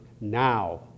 now